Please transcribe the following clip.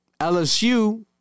LSU